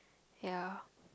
ya